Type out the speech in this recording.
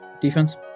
defense